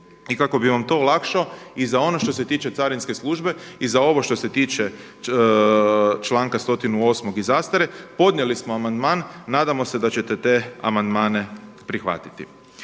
i kako bih vam to olakšao i za ono što se tiče carinske službe i za ovo što se tiče članka 108. i zastare, podnijeli smo amandman, nadamo se da ćete te amandmane prihvatiti.